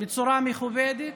בצורה מכובדת,